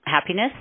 happiness